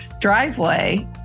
driveway